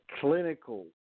clinical